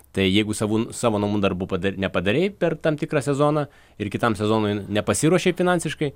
tai jeigu savų savo namų darbų pada nepadarei per tam tikrą sezoną ir kitam sezonui nepasiruošei finansiškai